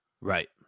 right